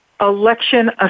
Election